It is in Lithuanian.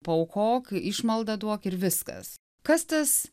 paaukok išmaldą duok ir viskas kas tas